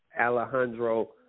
Alejandro